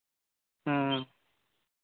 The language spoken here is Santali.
ᱦᱮᱸ